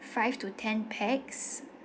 five to ten pax